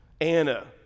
Anna